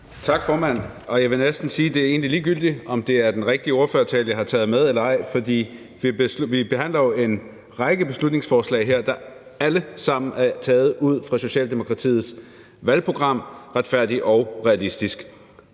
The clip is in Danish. Tak, formand. Jeg vil næsten sige, at det egentlig er ligegyldigt, om det er den rigtige ordførertale, jeg har taget med, eller ej, for vi behandler jo en række beslutningsforslag her, der alle sammen er taget ud af Socialdemokratiets valgprogram »Retfærdig og realistisk